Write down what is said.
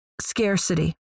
scarcity